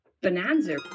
bonanza